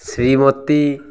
Shrimati